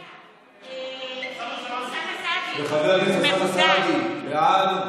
בעד, חבר הכנסת אוסאמה סעדי, בעד.